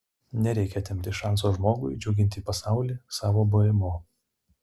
nereikia atimti šanso žmogui džiuginti pasaulį savo buvimu